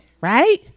right